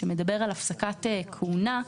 שמדבר על הפסקת כהונה.